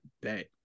Bet